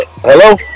hello